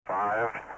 Five